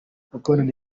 mukabunani